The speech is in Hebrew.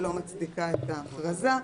שלא מצדיקה את ההכרזה.